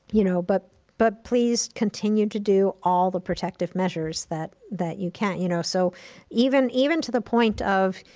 you know but but please continue to do all of the protective measures that that you can. you know so even even to the point of,